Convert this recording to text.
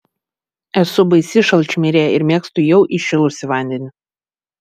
esu baisi šalčmirė ir mėgstu jau įšilusį vandenį